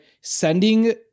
sending